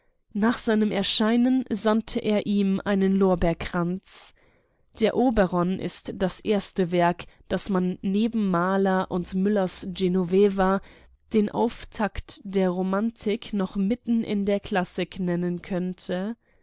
nach seinem erscheinen sandte er ihm einen lorbeerkranz der oberon ist das erste werk das man neben mahler müllers genoveva den auftakt der romantik noch mitten in der klassik nennen könnte